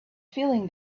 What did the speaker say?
feeling